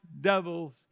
devils